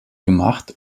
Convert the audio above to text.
gemacht